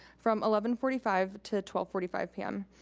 from eleven forty five to twelve forty five pm.